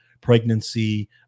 pregnancy